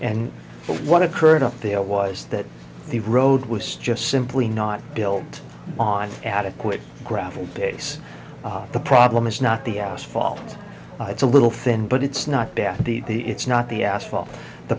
and what occurred up there was that the road was just simply not built on adequate gravel base the problem is not the asphalt it's a little thin but it's not bad the the it's not the asphalt the